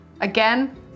Again